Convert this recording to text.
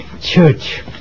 church